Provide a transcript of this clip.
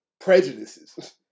prejudices